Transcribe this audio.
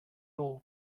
all